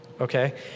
okay